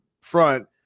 front